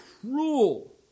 cruel